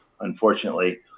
unfortunately